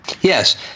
Yes